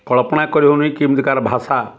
କଳ୍ପନା କରି ହେଉନି କେମିତି କାହାର ଭାଷା